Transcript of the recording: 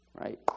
right